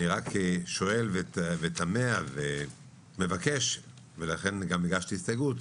אני רק שואל ותמהה ומבקש ולכן גם הגשתי הסתייגות.